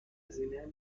هزینه